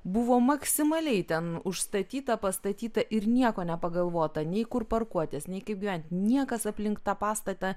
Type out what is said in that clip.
buvo maksimaliai ten užstatyta pastatyta ir nieko nepagalvota nei kur parkuotis nei kaip gyventi niekas aplink tą pastatą